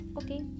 okay